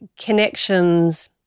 connections